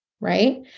right